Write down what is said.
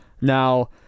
Now-